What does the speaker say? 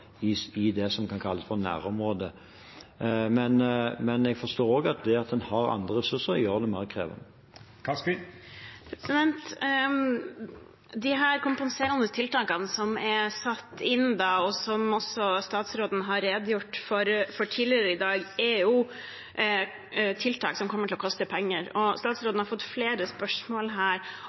i det som kan kalles for nærområdet – forstår jeg også at det at en har andre ressurser, gjør det mer krevende. De kompenserende tiltakene som er satt inn, og som statsråden har redegjort for tidligere i dag, er jo tiltak som kommer til å koste penger. Statsråden har fått flere spørsmål